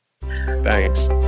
thanks